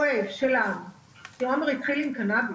כי עומר התחיל עם קנאביס.